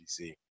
DC